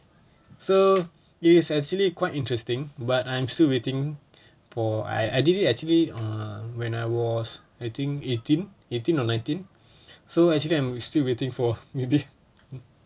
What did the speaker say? so it is actually quite interesting but I'm still waiting for I I did it actually err when I was I think eighteen eighteen or nineteen so actually I'm still waiting for maybe